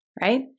right